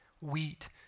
wheat